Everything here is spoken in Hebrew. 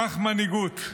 קח מנהיגות,